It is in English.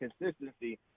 consistency